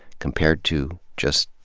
compared to just,